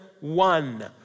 one